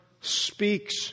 speaks